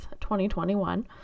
2021